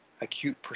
acute